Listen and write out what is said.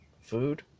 food